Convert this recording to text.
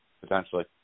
potentially